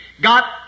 got